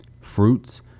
fruits